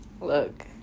Look